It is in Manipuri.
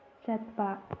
ꯆꯠꯄ